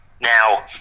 now